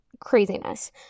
craziness